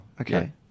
okay